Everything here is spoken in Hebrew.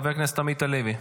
חבר הכנסת עמית הלוי.